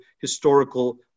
historical